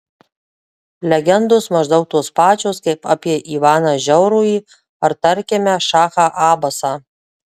legendos maždaug tos pačios kaip apie ivaną žiaurųjį ar tarkime šachą abasą